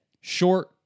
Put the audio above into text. short